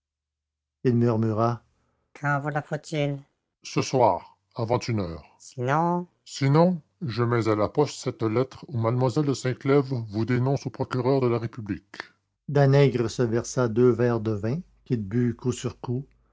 faut-il ce soir avant une heure sinon sinon je mets à la poste cette lettre où mlle de sinclèves vous dénonce au procureur de la république danègre se versa deux verres de vin qu'il but coup